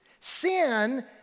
Sin